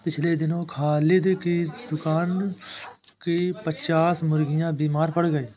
पिछले दिनों खालिद के दुकान की पच्चास मुर्गियां बीमार पड़ गईं